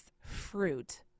fruit